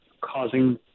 causing